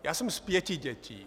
Já jsem z pěti dětí.